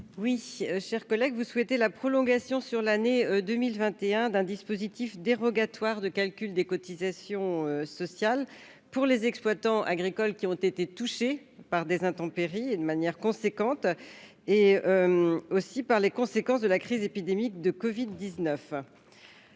? Cher collègue, vous souhaitez la prolongation sur l'année 2021 d'un dispositif dérogatoire de calcul des cotisations sociales pour les exploitants agricoles touchés tant par les intempéries que par les conséquences de la crise épidémique de covid-19.